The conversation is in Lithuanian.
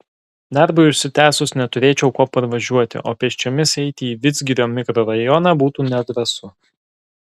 darbui užsitęsus neturėčiau kuo parvažiuoti o pėsčiomis eiti į vidzgirio mikrorajoną būtų nedrąsu